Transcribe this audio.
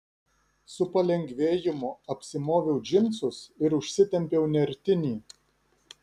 su palengvėjimu apsimoviau džinsus ir užsitempiau nertinį